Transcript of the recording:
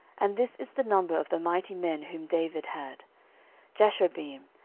and this is the number of the mighty men whom david had jashobeam,